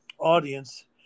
audience